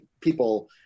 people